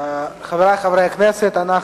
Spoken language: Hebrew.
מאת חברת הכנסת אורית זוארץ וקבוצת חברי הכנסת,